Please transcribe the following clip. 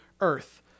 earth